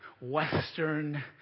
western